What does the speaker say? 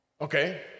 okay